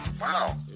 Wow